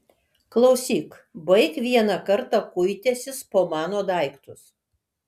klausyk baik vieną kartą kuitęsis po mano daiktus